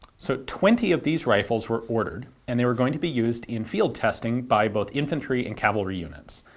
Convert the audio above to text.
so twenty of these rifles were ordered, and they were going to be used in field testing by both infantry and cavalry units.